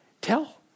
tell